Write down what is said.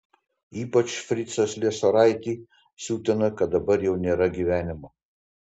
ypač fricą sliesoraitį siutina kad dabar jau nėra gyvenimo